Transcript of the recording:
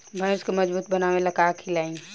भैंस के मजबूत बनावे ला का खिलाई?